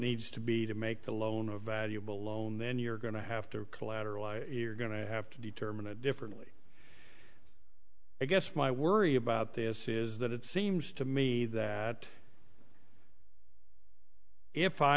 needs to be to make the loan a valuable loan then you're going to have to collateral you're going to have to determine it differently i guess my worry about this is that it seems to me that if i